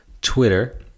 Twitter